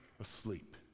asleep